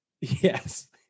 yes